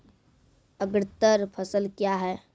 अग्रतर फसल क्या हैं?